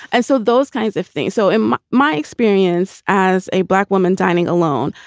and so those kinds of things. so in my experience as a black woman dining alone,